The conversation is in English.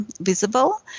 visible